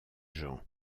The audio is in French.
gens